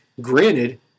Granted